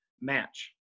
match